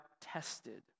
tested